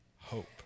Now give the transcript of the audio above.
hope